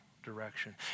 direction